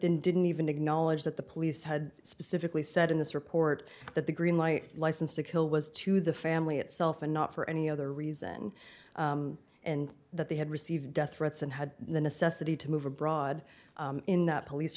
then didn't even acknowledge that the police had specifically said in this report that the greenlight license to kill was to the family itself and not for any other reason and that they had received death threats and had the necessity to move abroad in the police